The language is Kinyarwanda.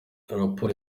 raporo